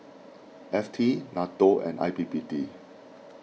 F T Nato and I P P T